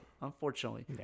unfortunately